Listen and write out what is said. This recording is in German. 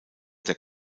der